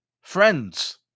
friends